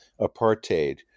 apartheid